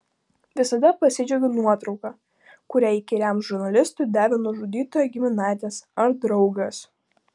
visada pasidžiaugiu nuotrauka kurią įkyriam žurnalistui davė nužudytojo giminaitis ar draugas